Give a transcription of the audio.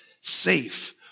safe